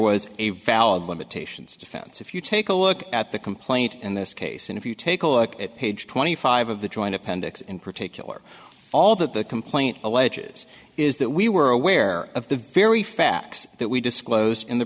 was a valid limitations defense if you take a look at the complaint in this case and if you take a look at page twenty five of the joint appendix in particular all that the complaint alleges is that we were aware of the very facts that we disclosed in the